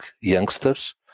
youngsters